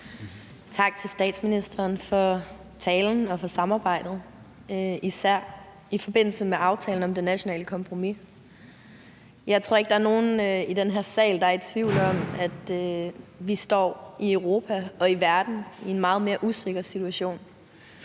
Tak til statsministeren for talen og for samarbejdet, især i forbindelse med aftalen om det nationale kompromis. Jeg tror ikke, der er nogen i den her sal, der er i tvivl om, at vi i Europa og i verden står i en meget mere usikker situation,